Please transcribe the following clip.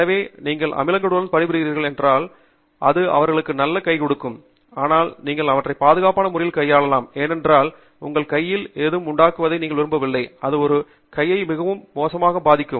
எனவே நீங்கள் அமிலங்களுடன் பணிபுரிகிறீர்கள் என்றால் இது அவர்களுக்கு நல்ல கைகொடுக்கும் அதனால் நீங்கள் அவர்களை பாதுகாப்பான முறையில் கையாளலாம் ஏனென்றால் உங்கள் கையில் ஏதும் உண்டாக்குவதை நீங்கள் விரும்பவில்லை அது உங்கள் கையை மிகவும் மோசமாக பாதிக்கும்